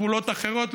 פעולות אחרות.